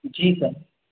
जी sir